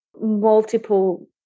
multiple